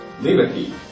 Liberty